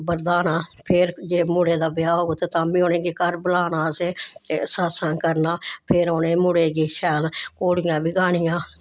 बरदाना ते फिर मुढ़े दा ब्याह् होग ते तां बी फिर बलाना असें ते सत्संग करना फिर उनें मुढ़ै गी शैल घोड़ियां बी गानियां